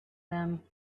them